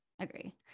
agree